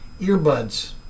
earbuds